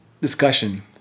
discussion